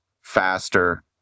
faster